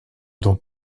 dans